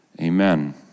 Amen